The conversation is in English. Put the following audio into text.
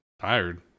tired